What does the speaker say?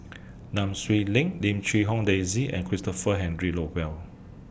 Nam Swee Leng Lim Quee Hong Daisy and Christopher Henry Rothwell